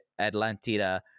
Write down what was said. Atlantida